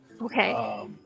Okay